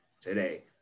today